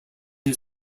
his